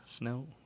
No